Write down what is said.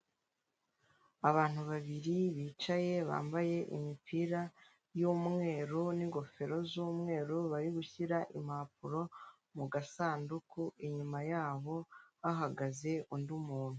Abantu babiri bicaye bambaye imipira y'umweru n'ingofero z'umweru, bari gushyira impapuro mu gasanduku inyuma yabo hahagaze undi muntu.